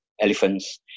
elephants